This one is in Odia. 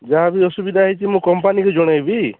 ଯାହା ବି ଅସୁବିଧା ହେଇଛି ମୁଁ କମ୍ପାନୀ କି ଜଣେଇବି